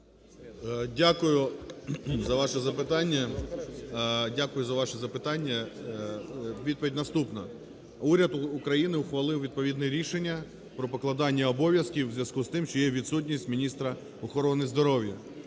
дякую за ваше запитання. Відповідь наступна: уряд України ухвалив відповідне рішення про покладання обов'язків у зв'язку з тим, що є відсутність міністра охорони здоров'я.